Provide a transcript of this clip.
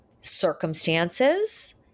circumstances